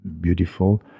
beautiful